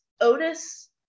Otis